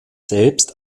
selbst